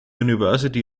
university